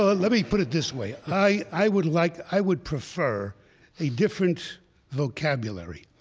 ah let me put it this way. i i would like i would prefer a different vocabulary,